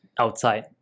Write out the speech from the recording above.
outside